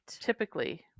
typically